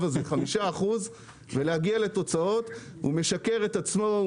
הזה 5% ולהגיע לתוצאות הוא משקר לעצמו,